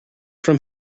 from